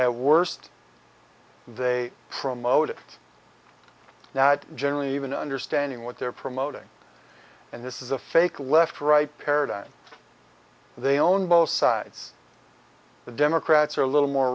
at worst they promote it now generally even understanding what they're promoting and this is a fake left right paradigm they own both sides the democrats are a little more